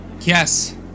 yes